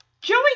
Joey